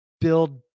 build